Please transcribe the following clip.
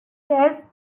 test